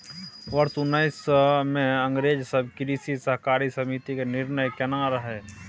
वर्ष उन्नैस सय मे अंग्रेज सब कृषि सहकारी समिति के निर्माण केने रहइ